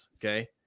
Okay